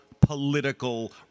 political